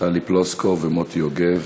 טלי פלוסקוב ומוטי יוגב.